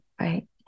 right